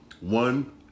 One